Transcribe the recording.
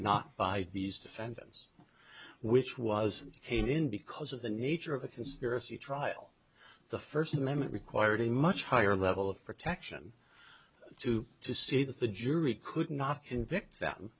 not by these defendants which was in because of the nature of a conspiracy trial the first amendment required a much higher level of protection to to see that the jury could not convict them